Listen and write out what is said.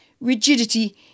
rigidity